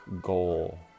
goal